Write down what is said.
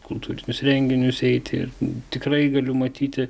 kultūrinius renginius eiti tikrai galiu matyti